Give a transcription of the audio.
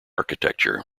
architecture